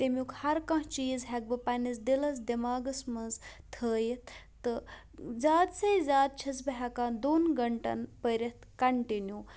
تیٚمیُٚک ہَرکانٛہہ چیٖز ہٮ۪کہٕ بہٕ پنٛنِس دِلَس دٮ۪ماغَس منٛز تھٲیِتھ تہٕ زیادٕ سے زیادٕ چھس بہٕ ہٮ۪کان دۄن گنٹَن پٔرِتھ کَنٹِنیوٗ